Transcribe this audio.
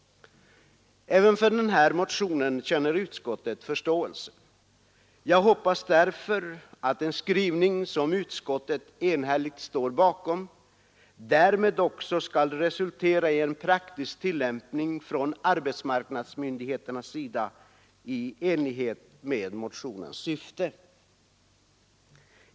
Även för den här motionen känner utskottet förståelse. Jag hoppas därför att den skrivning som utskottet enhälligt står bakom därmed också skall resultera i en praktisk tillämpning från arbetsmarknadsmyndigheterna i enlighet med motionens syfte.